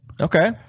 Okay